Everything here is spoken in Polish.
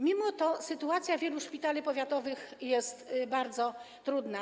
Mimo to sytuacja wielu szpitali powiatowych jest bardzo trudna.